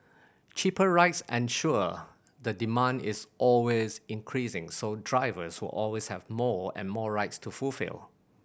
cheaper rides ensure the demand is always increasing so drivers will always have more and more rides to fulfil